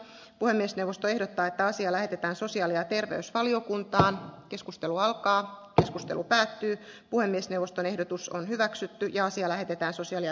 puhemiesneuvosto ehdottaa että asia lähetetään sosiaali ja terveysvaliokuntaan keskusteluakaan keskustelu päättyi puhemiesneuvoston ehdotus on hyväksytty ja asia lähetetään susia ja